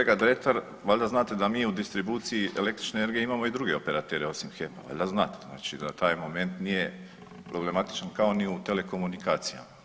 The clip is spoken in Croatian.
Kolega Dretar, valjda znate da mi u distribuciji električne energije imamo i druge operatere osim HEP-a, valjda znate, znači da taj moment nije problematičan kao ni u telekomunikacijama.